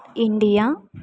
India